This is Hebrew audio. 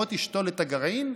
בוא תשתול את הגרעין,